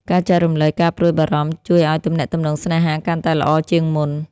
ការចែករំលែកការព្រួយបារម្ភជួយឲ្យទំនាក់ទំនងស្នេហាកាន់តែល្អជាងមុន។